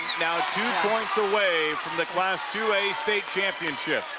now two points away from the class two a state championship.